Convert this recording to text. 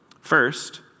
First